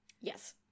Yes